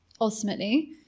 Ultimately